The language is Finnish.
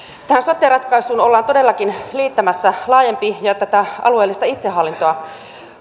tähän sote ratkaisuun ollaan todellakin liittämässä laajempi tätä alueellista itsehallintoa